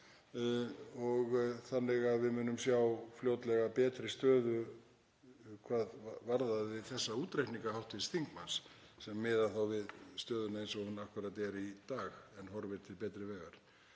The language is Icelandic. þannig að við munum sjá fljótlega betri stöðu hvað varðar þessa útreikninga hv. þingmanns sem miða við stöðuna eins og hún er í dag. En hún horfir til betri vegar.